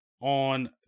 on